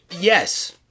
Yes